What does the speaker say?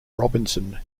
robinson